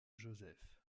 josèphe